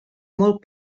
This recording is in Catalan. molt